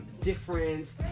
different